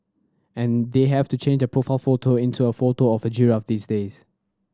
and they have to change their profile photo into a photo of a giraffe these days